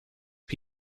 phd